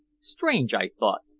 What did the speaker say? strange, i thought,